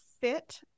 fit